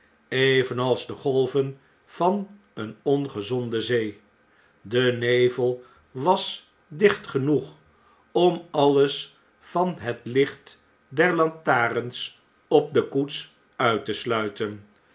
evenals de golven van eene ongezonde zee de nevel was dicht genoeg om alles van het licht der lantarens op de koets uit te sluiten